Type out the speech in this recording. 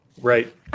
Right